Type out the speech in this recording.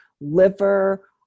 liver